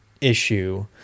issue